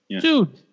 dude